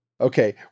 Okay